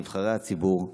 נבחרי הציבור,